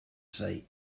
say